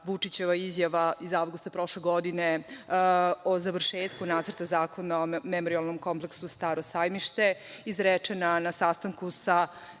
izjava iz avgusta prošle godine o završetku Nacrta zakona o memorijalnom kompleksu Staro sajmište izrečena na sastanku sa